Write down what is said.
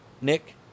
Nick